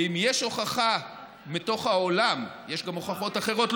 ואם יש הוכחה מתוך העולם יש גם הוכחות אחרות,